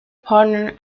partner